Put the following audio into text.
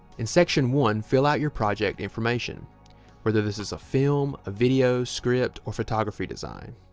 in section one fill out your project information whether this is a film a video script or photography design,